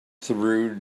through